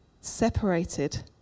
separated